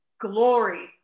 glory